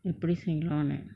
the briefing on it